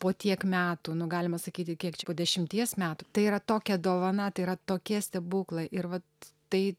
po tiek metų nu galima sakyti kiek čia dešimties metų tai yra tokia dovana tai yra tokie stebuklai ir vat tai